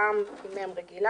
אמרנו רע"מ עם מ"ם רגילה.